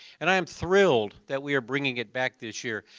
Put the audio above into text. and i am thrilled that we are bringing it back this year.